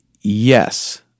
yes